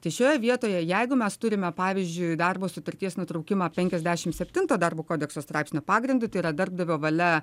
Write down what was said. tai šioje vietoje jeigu mes turime pavyzdžiui darbo sutarties nutraukimą penkiasdešim septinto darbo kodekso straipsnio pagrindu tai yra darbdavio valia